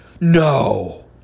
No